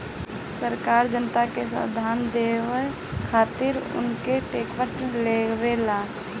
सरकार जनता के सुविधा देवे खातिर उनसे टेक्स लेवेला